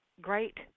great